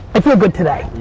i feel good today.